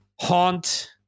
Haunt